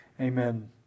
Amen